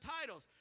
titles